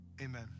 amen